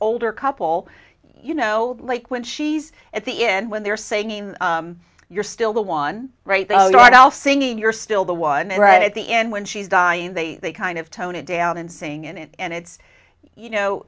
older couple you know like when she's at the end when they're saying you're still the one right though you are all singing you're still the one right at the end when she's dying they kind of tone it down and sing and it's you know